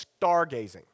stargazing